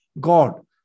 God